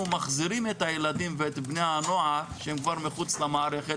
מחזירים את הילדים ואת בני הנוער שהם כבר מחוץ למערכת,